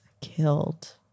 killed